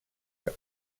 area